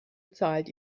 bezahlt